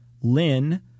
Lynn